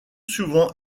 souvent